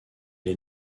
est